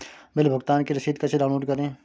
Bill भुगतान की रसीद कैसे डाउनलोड करें?